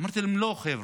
אמרתי להם: לא, חבר'ה,